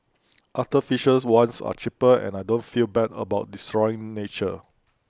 artificial ones are cheaper and I don't feel bad about destroying nature